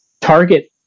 target